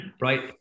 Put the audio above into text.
right